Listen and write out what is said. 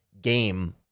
game